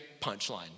punchline